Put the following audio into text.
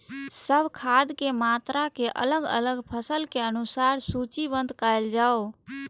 सब खाद के मात्रा के अलग अलग फसल के अनुसार सूचीबद्ध कायल जाओ?